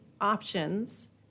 options